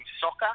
soccer